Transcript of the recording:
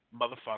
motherfucker